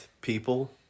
people